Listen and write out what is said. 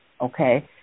okay